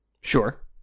Sure